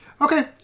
Okay